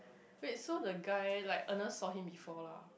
wait so the guy like Ernest saw him before lah